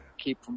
keep